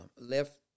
left